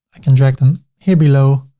i can drag them here below,